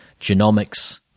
genomics